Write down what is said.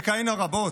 וכהנה רבות.